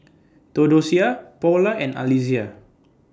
Theodocia Paula and Alysia